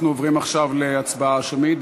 אנחנו עוברים עכשיו להצבעה שמית.